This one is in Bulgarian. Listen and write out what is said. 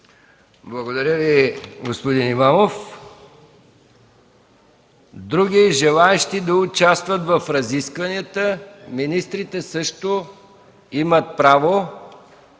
Благодаря Ви, господин Имамов. Други желаещи да участват в разискванията? Министрите също имат право